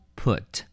put